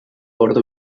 ordu